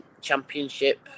Championship